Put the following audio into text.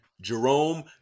jerome